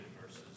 versus